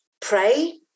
pray